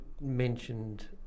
mentioned